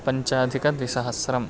पञ्चाधिकद्विसहस्रम्